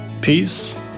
peace